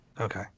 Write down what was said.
Okay